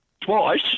twice